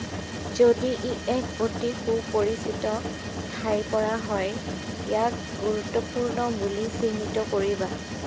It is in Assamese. যদি ই এক অতি সুপৰিচিত ঠাইৰ পৰা হয় ইয়াক গুৰুত্বপূৰ্ণ বুলি চিহ্নিত কৰিবা